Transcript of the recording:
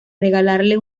regalarle